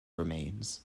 remains